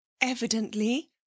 Evidently